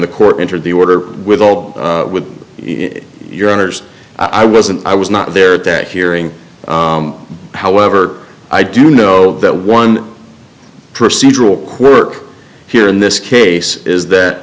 the court entered the order with all with your honors i wasn't i was not there a day hearing however i do know that one procedural quirk here in this case is that